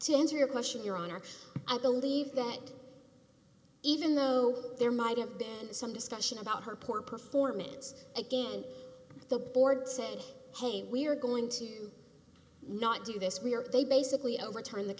to answer your question your honor i believe that even though there might have banned some discussion about her poor performance again the board said hey we're going to not do this we are they basically overturn the